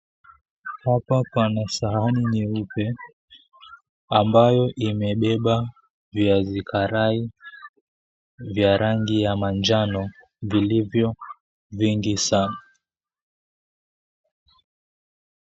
Hapa pana sahani nyeupe ambayo imebeba viazi karai vya rangi ya manjano vilivyo vingi sana.